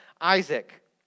Isaac